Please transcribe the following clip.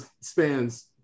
spans